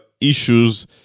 issues